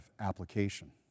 application